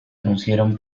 anunciaron